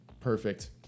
Perfect